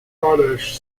pradesh